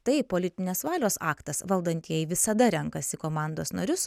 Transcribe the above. tai politinės valios aktas valdantieji visada renkasi komandos narius